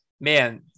man